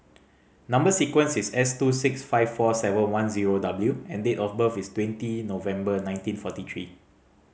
number sequence is S two six five four seven one zero W and date of birth is twenty November nineteen forty three